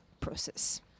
process